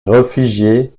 réfugier